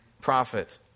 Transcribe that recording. prophet